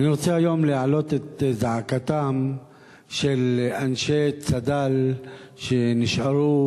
אני רוצה היום להעלות את זעקתם של אנשי צד"ל שנשארו